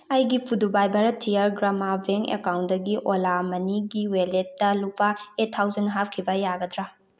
ꯑꯩꯒꯤ ꯐꯨꯗꯨꯕꯥꯏ ꯕꯥꯔꯠꯇꯤꯌꯔ ꯒ꯭ꯔꯥꯃꯥ ꯕꯦꯡ ꯑꯦꯀꯥꯎꯟꯗꯒꯤ ꯑꯣꯂꯥ ꯃꯅꯤꯒꯤ ꯋꯦꯜꯂꯦꯠꯇ ꯂꯨꯄꯥ ꯑꯦꯠ ꯊꯥꯎꯖꯟ ꯍꯥꯞꯈꯤꯕ ꯌꯥꯒꯗ꯭ꯔꯥ